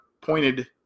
pointed